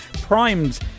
primed